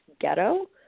ghetto